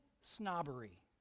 snobbery